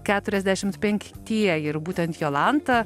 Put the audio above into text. keturiasdešimt penktieji ir būtent jolanta